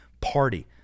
Party